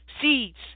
seeds